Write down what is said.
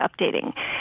updating